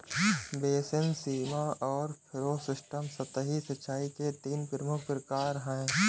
basin, सीमा और furrow system सतही सिंचाई के तीन प्रमुख प्रकार है